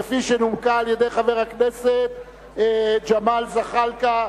כפי שנומקה על-ידי חבר הכנסת ג'מאל זחאלקה.